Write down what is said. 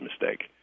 mistake